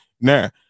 now